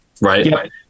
right